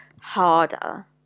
harder